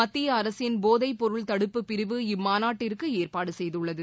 மத்திய அரசின் போதைப்பொருள் தடுப்புப் பிரிவு இம்மாநாட்டிற்கு ஏற்பாடு செய்துள்ளது